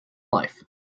life